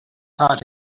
taught